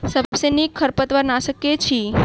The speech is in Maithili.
सबसँ नीक खरपतवार नाशक केँ अछि?